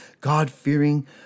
God-fearing